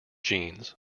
genes